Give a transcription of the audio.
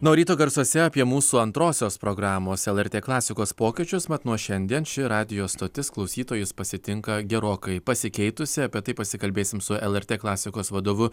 nu o ryto garsuose apie mūsų antrosios programos lrt klasikos pokyčius mat nuo šiandien ši radijo stotis klausytojus pasitinka gerokai pasikeitusi apie tai pasikalbėsim su lrt klasikos vadovu